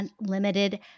unlimited